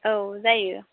औ जायो